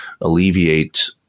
alleviate